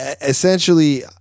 essentially